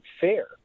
fair